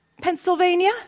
Pennsylvania